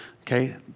okay